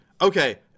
okay